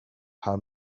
how